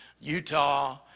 Utah